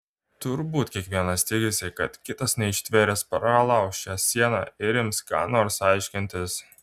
turbūt kiekvienas tikisi kad kitas neištvėręs pralauš šią sieną ir ims ką nors aiškintis